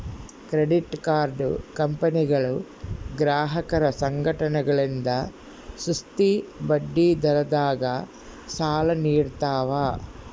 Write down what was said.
credit card ಕಂಪನಿಗಳು ಗ್ರಾಹಕರ ಸಂಘಟನೆಗಳಿಂದ ಸುಸ್ತಿ ಬಡ್ಡಿದರದಾಗ ಸಾಲ ನೀಡ್ತವ